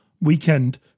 weekend